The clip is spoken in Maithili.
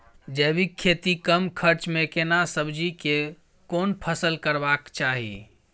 जैविक खेती कम खर्च में केना सब्जी के कोन फसल करबाक चाही?